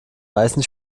meisten